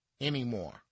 anymore